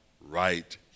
right